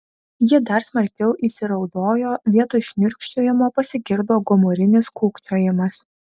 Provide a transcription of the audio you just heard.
ji dar smarkiau įsiraudojo vietoj šniurkščiojimo pasigirdo gomurinis kūkčiojimas